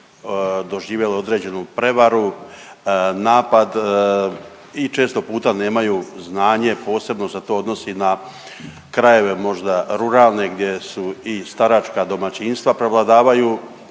doživjeli određenu prevaru, napad i često puta nemaju znanje, posebno se to odnosi na krajeve možda ruralne gdje su i staračka domaćinstva prevladavaju,